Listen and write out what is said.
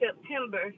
september